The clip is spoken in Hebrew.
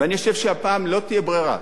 אני חושב שהפעם לא תהיה ברירה.